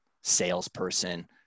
salesperson